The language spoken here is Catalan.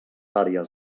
àrees